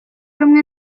rumwe